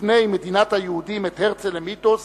כבני מדינת היהודים, את הרצל למיתוס